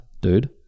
dude